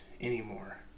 anymore